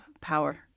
power